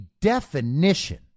definition